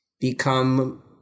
become